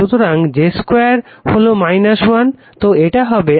সুতরাং j 2 হলো - 1 তো এটা হবে RL 2 XL 2